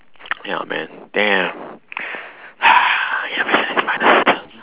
ya man damn ya man it's